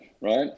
right